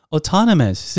Autonomous